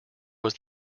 was